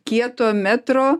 kieto metro